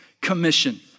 Commission